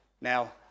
Now